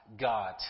God